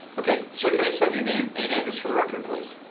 okay, sir, can i just have your name and address for the record, please?